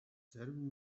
зарим